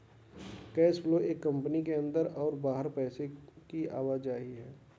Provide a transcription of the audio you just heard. cash flow एक company के अंदर और बाहर पैसे की आवाजाही है